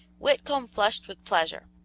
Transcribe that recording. whitcomb flushed with pleasure.